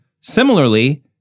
similarly